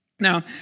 Now